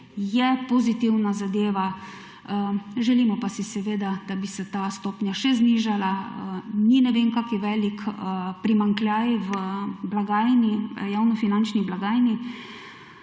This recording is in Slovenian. je pozitivna zadeva, želimo si pa seveda, da bi se ta stopnja še znižala, ni ne vem kako velik primanjkljaj v javnofinančni blagajni.